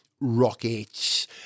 Rockets